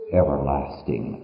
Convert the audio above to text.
everlasting